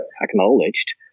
acknowledged